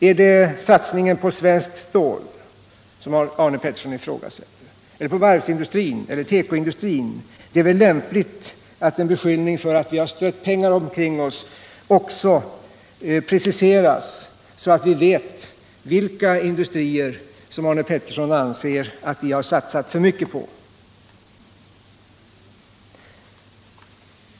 Är det satsningen på svenskt stål som Arne Pettersson ifrågasätter? Eller är det satsningarna på varvsindustrin och tekoindustrin? Det är väl lämpligt att en beskyllning för att vi strött pengar omkring oss preciseras, så att vi vel vilka industrier som Arne Pettersson anser att vi har salsat för mycket på.